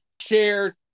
shared